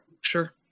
sure